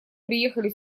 приехали